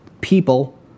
people